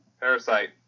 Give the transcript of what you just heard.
Parasite